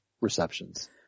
receptions